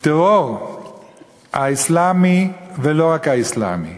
באשר לטרור האסלאמי, ולא רק האסלאמי,